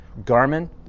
Garmin